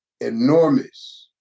enormous